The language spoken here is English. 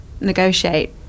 negotiate